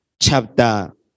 chapter